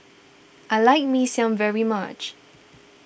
I like Mee Siam very much